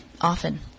often